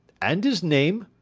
and his name?